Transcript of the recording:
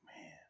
man